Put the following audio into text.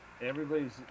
Everybody's